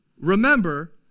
Remember